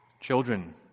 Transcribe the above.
Children